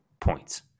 points